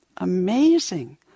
amazing